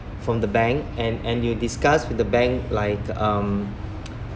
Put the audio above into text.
from the bank and and you discuss with the bank like um